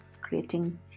creating